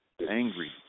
angry